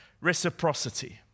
reciprocity